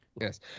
Yes